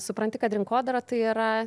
supranti kad rinkodara tai yra